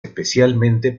especialmente